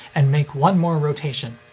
and make one more rotation.